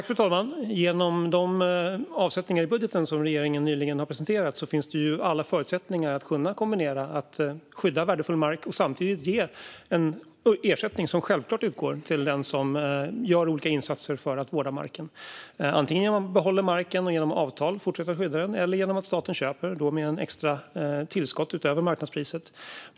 Fru talman! Genom de avsättningar i budgeten som regeringen nyligen har presenterat finns det alla förutsättningar att kunna kombinera att skydda värdefull mark och samtidigt ge den ersättning som självklart utgår till den som gör olika insatser för att vårda marken, antingen genom att man behåller marken och genom avtal fortsätter att skydda den eller genom att staten köper den, då med ett extra tillskott utöver marknadspriset.